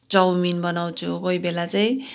chowmein बनाउँछु कोहा बेला चाहिँ